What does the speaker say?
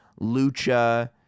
Lucha